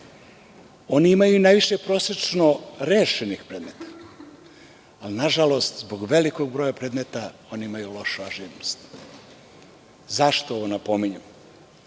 Oni imaju i najviše prosečno rešenih predmeta, ali, nažalost, zbog velikog broja predmeta, oni imaju lošu ažurnost. Zašto ovo napominjem?